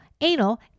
anal